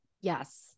yes